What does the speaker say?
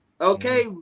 Okay